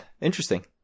Interesting